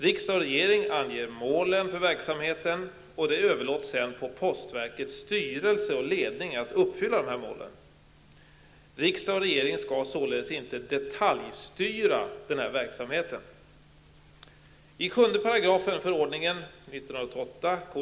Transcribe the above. Riksdag och regering anger mål för verksamheten och det överlåts sedan på postverkets styrelse och ledning att uppfylla målen. Riksdag och regering skall således inte detaljstyra verksamheten.